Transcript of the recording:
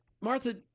Martha